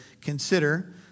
consider